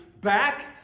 back